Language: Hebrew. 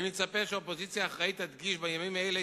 אני מצפה שאופוזיציה אחראית תדגיש בימים אלה,